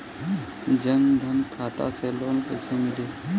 जन धन खाता से लोन कैसे मिली?